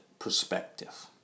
perspective